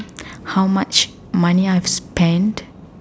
how much money I have spent